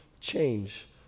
change